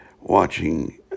watching